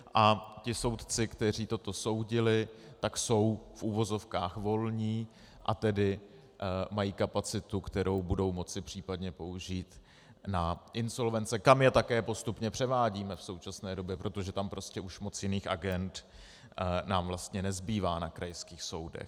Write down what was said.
A ti soudci, kteří toto soudili, tak jsou v uvozovkách volní, a tedy mají kapacitu, kterou budou moci případně použít na insolvence, kam je také postupně převádíme v současné době, protože tam prostě už moc jiných agend nám vlastně nezbývá na krajských soudech.